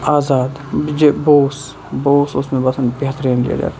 آزاد بوس بوس اوس مےٚ باسان بہترین لیٖڈَر